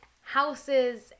houses